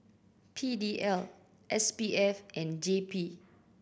P D L S P F and J P